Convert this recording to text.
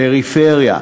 בפריפריה,